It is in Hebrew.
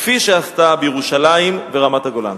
כפי שעשתה בירושלים וברמת-הגולן.